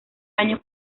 años